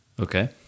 Okay